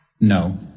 No